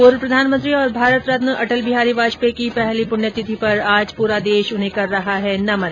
पूर्व प्रधानमंत्री और भारत रत्न अटल बिहारी वाजपेयी की पहली पुण्यतिथि पर आज पूरा देश उन्हें कर रहा है नमन